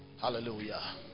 Hallelujah